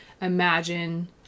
Imagine